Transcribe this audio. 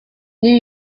new